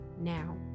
now